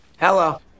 Hello